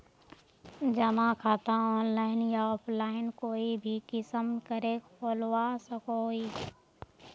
जमा खाता ऑनलाइन या ऑफलाइन कोई भी किसम करे खोलवा सकोहो ही?